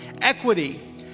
equity